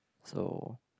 so